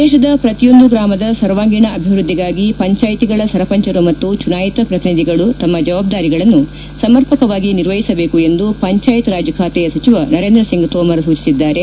ದೇಶದ ಪ್ರತಿಯೊಂದು ಗ್ರಾಮದ ಸರ್ವಾಂಗೀಣ ಅಭಿವೃದ್ಧಿಗಾಗಿ ಪಂಚಾಯಿತಿಗಳ ಸರಪಂಚರು ಮತ್ತು ಚುನಾಯಿತ ಪ್ರತಿನಿಧಿಗಳು ತಮ್ನ ಜವಾಬ್ದಾರಿಗಳನ್ನು ಸಮರ್ಪಕವಾಗಿ ನಿರ್ವಹಿಸಬೇಕು ಎಂದು ಪಂಚಾಯತ್ ರಾಜ್ ಖಾತೆಯ ಸಚಿವ ನರೇಂದ್ರ ಸಿಂಗ್ ತೋಮರ್ ಸೂಚಿಸಿದ್ದಾರೆ